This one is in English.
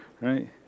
right